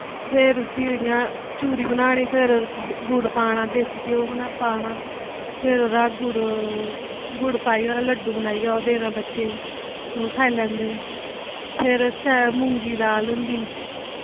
फिर उस्सी इ'यां चूरी बनानी फिर ओह्दे च गूड़ पाना ते देसी घ्यो पाना फिर ओह्दा गूड़ पाईयै ओह्दा लड़्ड़ू बनाईऐ ओह् देना बच्चे गी ओह् खाई लैंदे फिर सैली मुंगी दी दाल होंदी